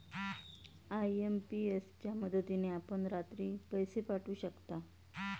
IMPS च्या मदतीने आपण रात्री पैसे पाठवू शकता